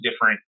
different